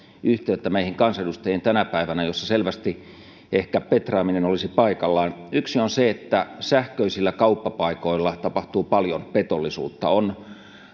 yhteyttä meihin kansanedustajiin tänä päivänä ja joissa selvästi ehkä petraaminen olisi paikallaan yksi on se että sähköisillä kauppapaikoilla tapahtuu paljon petollisuutta on